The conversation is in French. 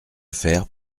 faire